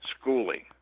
schooling